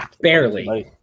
Barely